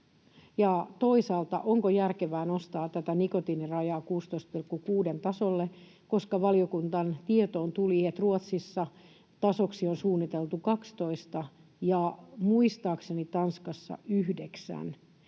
toisaalta järkevää nostaa tätä nikotiinirajaa 16,6:n tasolle, koska valiokunnan tietoon tuli, että Ruotsissa tasoksi on suunniteltu 12 ja muistaakseni Tanskassa